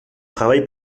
travail